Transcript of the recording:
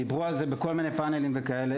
דיברו על זה בכל מיני פאנלים וכאלה.